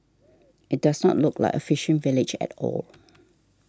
it does not look like a fishing village at all